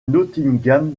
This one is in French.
nottingham